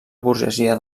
burgesia